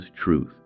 truth